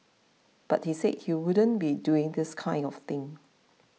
but he said he wouldn't be doing this kind of thing